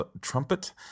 trumpet